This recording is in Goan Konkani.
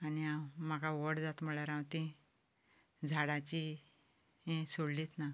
आनी हांव म्हाका व्हड जाता म्हणल्यार हांव तें झाडांची हें सोडलीच ना